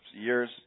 years